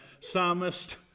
psalmist